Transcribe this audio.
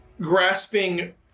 Grasping